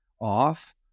off